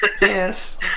Yes